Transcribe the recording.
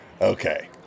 okay